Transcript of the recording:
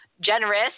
generous